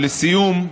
ולסיום,